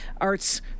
arts